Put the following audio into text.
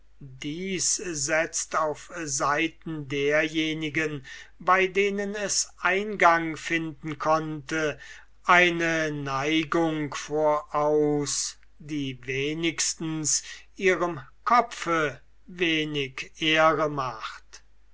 dies setzt auf seiten derjenigen bei denen es eingang finden konnte eine neigung voraus die wenigstens ihrem kopfe wenig ehre macht